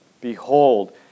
Behold